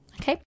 okay